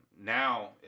now